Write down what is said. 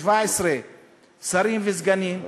17 שרים וסגנים,